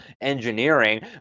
engineering